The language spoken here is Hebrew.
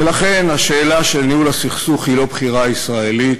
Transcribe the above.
ולכן השאלה של ניהול הסכסוך היא לא בחירה ישראלית,